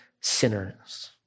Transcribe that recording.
sinners